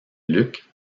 luc